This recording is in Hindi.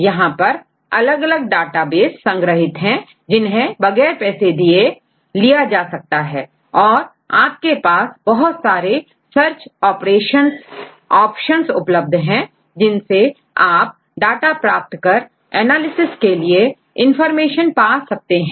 यहां पर अलग अलग डाटाबेस संग्रहित हैं जिन्हें बगैर पैसे दिए लिया जा सकता है और आपके पास बहुत सारे सर्च ऑपरेशन ऑप्शंस उपलब्ध होते हैं जिनसे आप डाटा प्राप्त कर एनालिसिस के लिए इंफॉर्मेशन पा सकते हैं